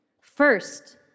First